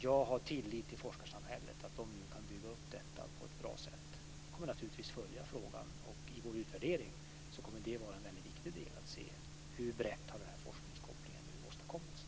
Jag har tillit till forskarsamhället, till att man nu kan bygga upp detta på ett bra sätt, och jag kommer naturligtvis att följa frågan. I vår utvärdering kommer det att vara en väldigt viktig del att just se hur brett den här forskningskopplingen har åstadkommits.